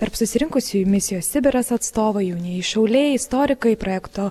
tarp susirinkusiųjų misijos sibiras atstovai jaunieji šauliai istorikai projekto